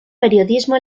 periodismo